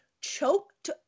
choked